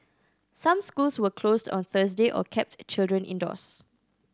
some schools were closed on Thursday or kept children indoors